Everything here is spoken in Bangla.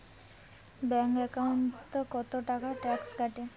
ব্যাংক একাউন্টত কতো টাকা ট্যাক্স কাটে?